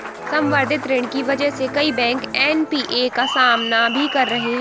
संवर्धित ऋण की वजह से कई बैंक एन.पी.ए का सामना भी कर रहे हैं